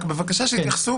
רק בבקשה שיתייחסו